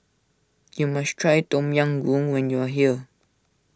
you must try Tom Yam Goong when you are here